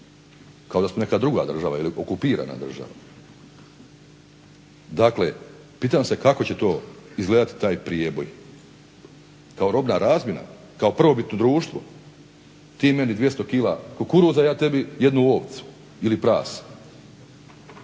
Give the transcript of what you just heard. kao da smo neka druga država ili okupirana država. Dakle, pitam se kako će to izgledati taj prijeboj. Kao robna razmjena, kao prvobitno društvo, ti meni 200 kg kukuruza, ja tebi jednu ovcu ili prase.